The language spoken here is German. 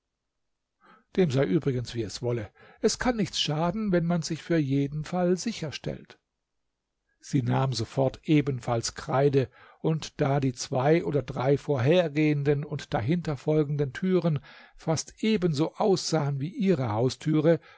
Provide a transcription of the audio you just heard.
dem sei übrigens wie es wolle es kann nichts schaden wenn man sich für jeden fall sicher stellt sie nahm sofort ebenfalls kreide und da die zwei oder drei vorhergehenden und dahinterfolgenden türen fast ebenso aussahen wie ihre haustüre